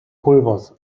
pulvers